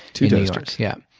two toasters? yup.